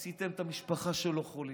עשיתם את המשפחה שלו חולים,